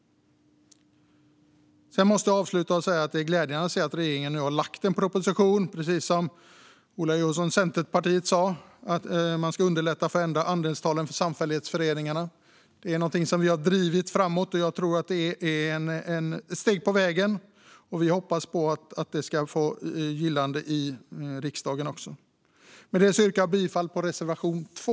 Jag vill avsluta med att säga att det är glädjande att se att regeringen nu har lagt fram en proposition, precis som Ola Johansson från Centerpartiet sa, om att man ska underlätta för att ändra andelstalen i samfällighetsföreningarna. Det är något som vi kristdemokrater har drivit framåt, och jag tror att det är ett steg på vägen. Vi hoppas att det ska vinna gillande också i riksdagen. Med detta yrkar jag bifall till reservation 2.